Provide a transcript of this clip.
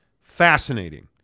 fascinating